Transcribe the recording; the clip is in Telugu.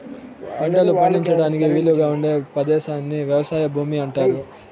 పంటలు పండించడానికి వీలుగా ఉండే పదేశాన్ని వ్యవసాయ భూమి అంటారు